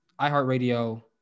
iHeartRadio